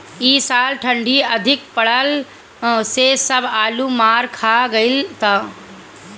इ साल ठंडी अधिका पड़ला से सब आलू मार खा गइलअ सन